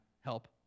help